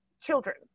children